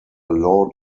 law